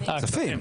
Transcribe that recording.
כספים.